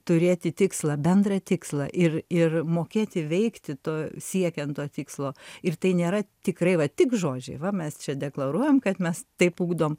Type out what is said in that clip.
turėti tikslą bendrą tikslą ir ir mokėti veikti to siekiant to tikslo ir tai nėra tikrai va tik žodžiai va mes čia deklaruojam kad mes taip ugdom